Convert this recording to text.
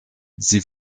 sie